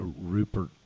Rupert